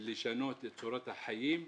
לשנות את צורת החיים,